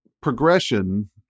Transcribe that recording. progression